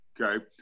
okay